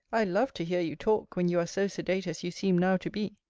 i love to hear you talk, when you are so sedate as you seem now to be.